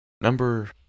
Number